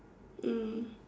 mm